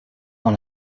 dans